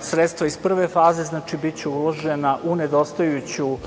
Sredstva iz prve faze biće uložena u nedostajuću